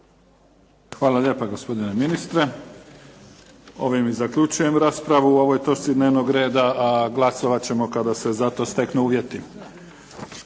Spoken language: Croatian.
Hvala lijepo gospodine ministre. Ovim zaključujem raspravu u ovoj točci dnevnog reda, a glasovat ćemo kada se za to steknu uvjeti.